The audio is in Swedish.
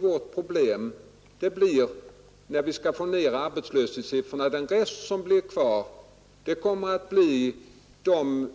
Vårt problem kommer att vara att få ned arbetslöshetssiffrorna för den rest som blir kvar, dvs.